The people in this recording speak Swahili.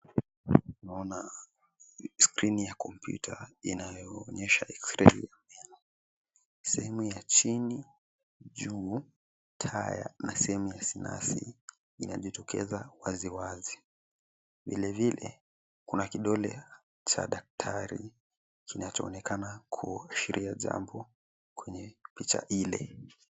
Naona skrini ya kompyuta inayoonyesha eksirei. Sehemu ya chini, juu, taya na sehemu ya sinasi inajitokeza waziwazi. Vilevile kuna kidole cha daktari kinachoonekana kuashiria jambo kwenye picha ile.